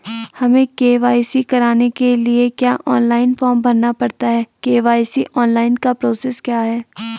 हमें के.वाई.सी कराने के लिए क्या ऑनलाइन फॉर्म भरना पड़ता है के.वाई.सी ऑनलाइन का प्रोसेस क्या है?